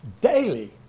daily